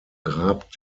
grab